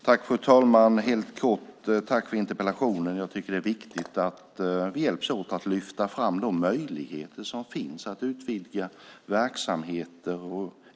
Fru talman! Jag tycker att det är viktigt att vi hjälps åt att lyfta fram de möjligheter som finns att utvidga verksamheter.